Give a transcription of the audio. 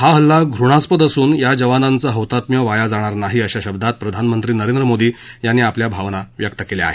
हा हल्ला घृणास्पद असून या जवानांचं हौतात्म्य वाया जाणार नाही अशा शब्दात प्रधानमंत्री नरेंद्र मोदी यांनी आपल्या भावना व्यक् केल्या आहेत